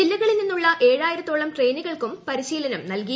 ജില്ലകളിൽ ന്നിന്നുള്ള ഏഴായിരത്തോളം ട്രെയിനികൾക്കും പരിശീലനം നൽകി